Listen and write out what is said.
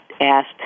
asked